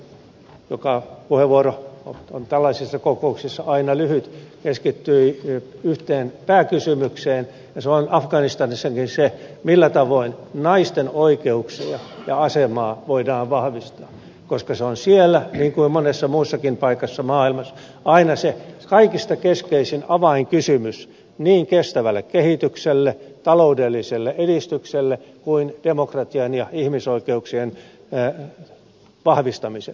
oma puheenvuoroni puheenvuoro on tällaisissa kokouksissa aina lyhyt keskittyi yhteen pääkysymykseen ja se on afganistanissakin se millä tavoin naisten oikeuksia ja asemaa voidaan vahvistaa koska se on siellä niin kuin monessa muussakin paikassa maailmassa aina se kaikista keskeisin avainkysymys niin kestävälle kehitykselle ta loudelliselle edistykselle kuin demokratian ja ihmisoikeuksien vahvistamiselle